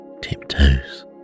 tiptoes